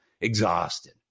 exhausted